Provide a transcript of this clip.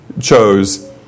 chose